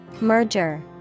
Merger